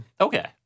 Okay